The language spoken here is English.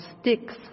sticks